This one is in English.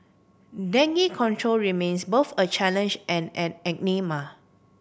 dengue control remains both a challenge and an